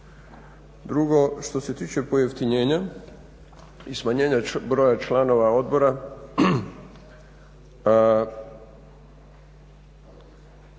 Drugo, što se tiče pojeftinjenja i smanjenja broja članova odbora